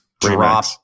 Drop